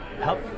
help